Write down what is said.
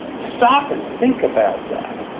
stop and think about that.